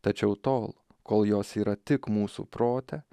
tačiau tol kol jos yra tik mūsų prote